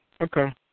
Okay